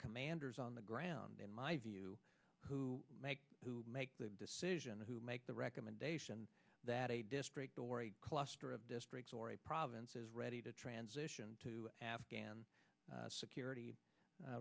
commanders on the ground in my view who make who make the decision who make the recommendation that a district or a cluster of districts or a province is ready to transition to afghan security